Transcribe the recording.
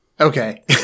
Okay